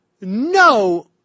no